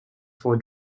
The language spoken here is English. for